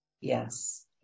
yes